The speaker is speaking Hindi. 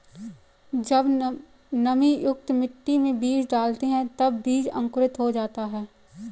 जब नमीयुक्त मिट्टी में बीज डालते हैं तब बीज अंकुरित हो जाता है